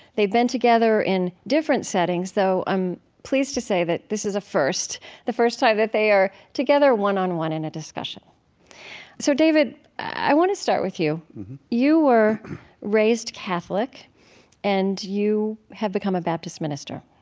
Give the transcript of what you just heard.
they've been together in different settings, though i'm pleased to say that this is a first the first time that they are together one on one in a discussion so david, i want to start with you mm-hmm you were raised catholic and you have become a baptist minister.